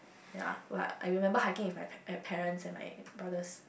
ya what I remember hiking with my pa parents and my brothers